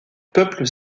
peuple